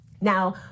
Now